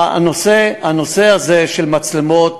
הנושא הזה של מצלמות,